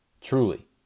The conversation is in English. Truly